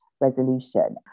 resolution